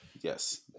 Yes